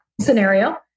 scenario